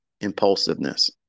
impulsiveness